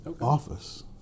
office